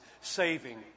saving